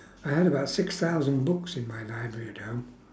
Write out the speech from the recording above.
I had about six thousand books in my library at home